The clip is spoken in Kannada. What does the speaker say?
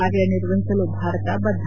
ಕಾರ್ಯನಿರ್ವಹಿಸಲು ಭಾರತ ಬದ್ದ